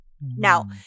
Now